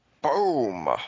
Boom